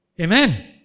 Amen